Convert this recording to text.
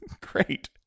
Great